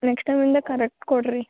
next time ಇಂದ correct ಕೊಡಿರಿ